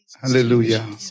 Hallelujah